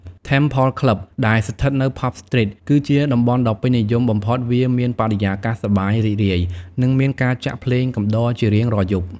Temple Club ដែលស្ថិតនៅ Pub Street គឺជាតំបន់ដ៏ពេញនិយមបំផុត វាមានបរិយាកាសសប្បាយរីករាយ និងមានការចាក់ភ្លេងកំដរជារៀងរាល់យប់។